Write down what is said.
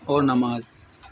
اور نماز